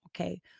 Okay